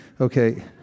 Okay